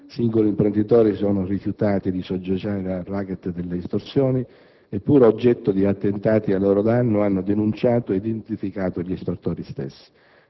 Singoli imprenditori si sono rifiutati di soggiacere al racket delle estorsioni e, seppure oggetto di attentati ai loro danni, hanno denunciato ed identificato gli estortori stessi.